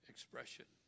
Expression